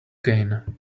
gain